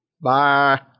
Bye